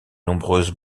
nombreuses